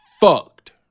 fucked